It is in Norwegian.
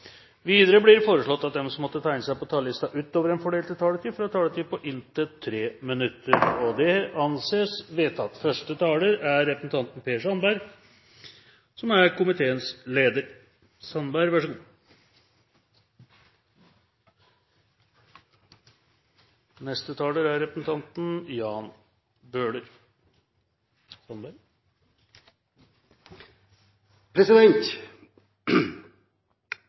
Videre blir det foreslått at de som måtte tegne seg på talerlisten utover den fordelte taletid, får en taletid på inntil 3 minutter. – Det anses vedtatt. Det er